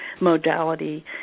modality